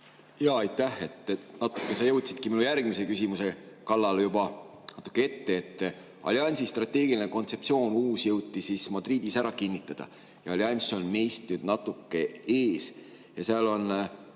Jaa, aitäh! Natuke sa jõudsidki minu järgmise küsimuse kallale juba, natuke ette. Alliansi uus strateegiline kontseptsioon jõuti Madridis ära kinnitada. Allianss on meist nüüd natuke ees ja seal on